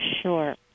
Sure